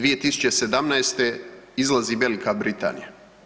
2017. izlazi Velika Britanija.